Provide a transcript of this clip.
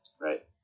right